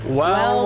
wow